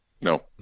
No